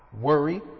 worry